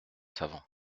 savants